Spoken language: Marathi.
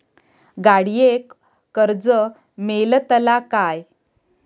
गाडयेक कर्ज मेलतला काय?